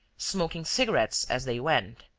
smoking cigarettes as they went.